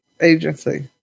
agency